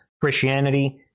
Christianity